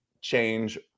change